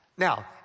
Now